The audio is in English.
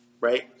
right